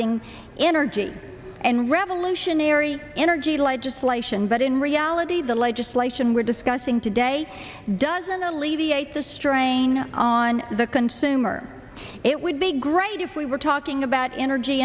ing energy and revolutionary energy legislation but in reality the legislation we're discussing today doesn't alleviate the strain on the consumer it would be great if we were talking about energy